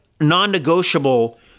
non-negotiable